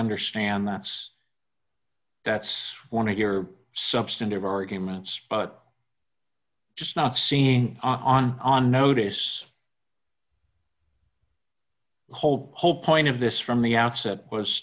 understand that's that's one of your substantive arguments but just not seeing on on notice the whole whole point of this from the outset was